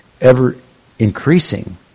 ever-increasing